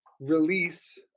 release